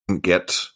get